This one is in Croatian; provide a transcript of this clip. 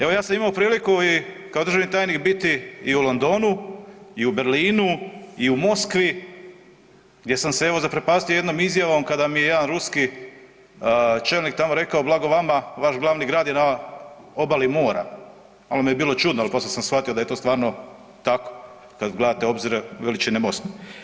Evo ja sam imao priliku i kao državni tajnik biti i u Londonu i u Berlinu i u Moskvi gdje sam se evo zaprepastio jednom izjavom kada mi je jedan ruski čelnik tamo rekao blago vama vaš glavni grad je na obali mora, malo mi je bilo čudno, al poslije sam shvatio da je to stvarno tako kad gledate obzire veličine Moskve.